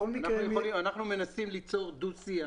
אנחנו מנסים ליצור דו שיח